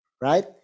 right